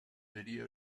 video